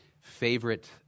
favorite